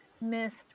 missed